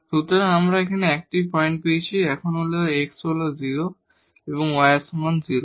সুতরাং আমরা এই 1 পয়েন্ট পেয়েছি এখন x হল 0 এবং y এর সমান 0